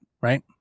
right